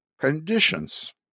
Conditions